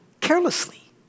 carelessly